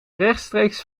rechtstreeks